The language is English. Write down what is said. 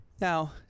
Now